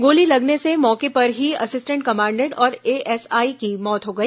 गोली लगने से मौके पर ही असिस्टेंट कमांडेंट और एएसआई की मौत हो गई